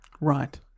Right